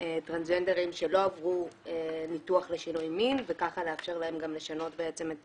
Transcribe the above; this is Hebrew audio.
לטרנסג'נדרים שלא עברו ניתוח לשינוי מין וככה לאפשר להם גם לשנות בעצם את